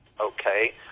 okay